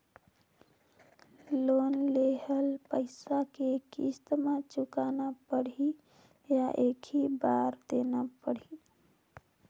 Loan लेहल पइसा के किस्त म चुकाना पढ़ही या एक ही बार देना पढ़ही?